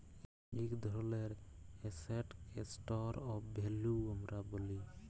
ইক ধরলের এসেটকে স্টর অফ ভ্যালু আমরা ব্যলি